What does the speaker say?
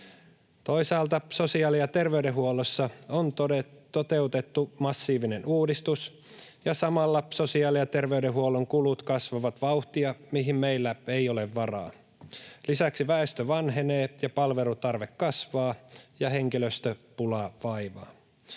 Toisaalta sosiaali- ja terveydenhuollossa on toteutettu massiivinen uudistus, ja samalla sosiaali- ja terveydenhuollon kulut kasvavat vauhtia, mihin meillä ei ole varaa. Lisäksi väestö vanhenee ja palvelutarve kasvaa ja henkilöstöpula vaivaa.